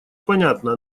понятно